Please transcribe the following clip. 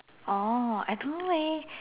oh I don't know leh then